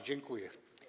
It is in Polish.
Dziękuję.